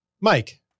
Mike